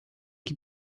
que